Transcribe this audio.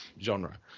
genre